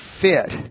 fit